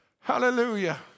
Hallelujah